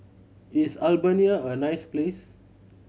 is Albania a nice place